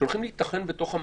שהולכים להיטחן בתוך המערכות.